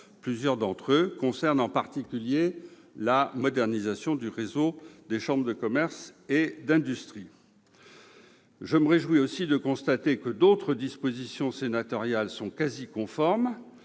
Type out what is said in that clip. Plusieurs d'entre eux concernent la modernisation du réseau des chambres de commerce et d'industrie. Je me réjouis également de constater que d'autres dispositions sénatoriales sont quasi conformes,